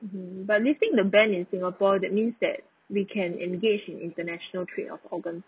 mmhmm but lifting the ban in singapore that means that we can engage in international trade of organs